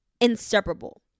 inseparable